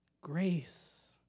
Grace